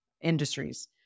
industries